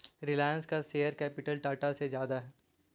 रिलायंस का share capital Tata से ज्यादा है